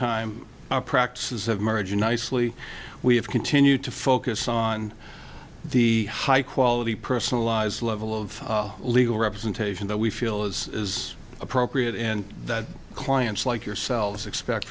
time our practices of merging nicely we have continued to focus on the high quality personalized level of legal representation that we feel is appropriate and that clients like yourselves expect